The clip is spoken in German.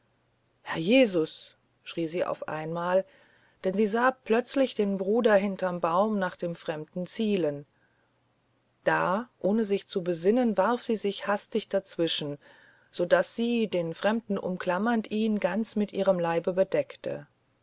herr jesus schrie sie auf einmal denn sie sah plötzlich den bruder hinterm baum nach dem fremden zielen da ohne sich zu besinnen warf sie sich hastig dazwischen so daß sie den fremden umklammernd ihn ganz mit ihrem leibe bedeckte